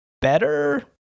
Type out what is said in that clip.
better